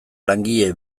langile